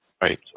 Right